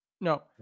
No